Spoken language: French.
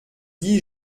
guy